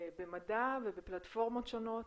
במדע ובפלטפורמות שונות,